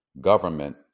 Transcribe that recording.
government